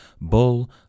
Bull